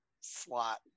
slot